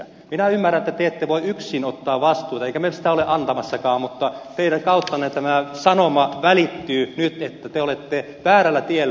minä ymmärrän että te ette voi yksin ottaa vastuuta emmekä me sitä olla antamassakaan mutta teidän kauttanne tämä sanoma välittyy nyt että te olette väärällä tiellä